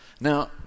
Now